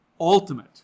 ultimate